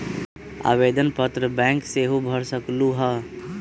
आवेदन पत्र बैंक सेहु भर सकलु ह?